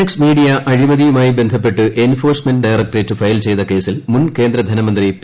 X media അഴിമതിയുമായി ബന്ധപ്പെട്ട് enforcement directorate file ചെയ്ത കേസിൽ മുൻ കേന്ദ്ര ധനമന്ത്രി പി